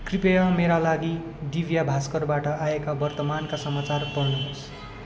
कृपया मेरा लागि दिव्य भाष्करबाट आएका वर्तमानका समाचार पढ्नु होस्